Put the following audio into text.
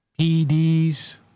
PEDs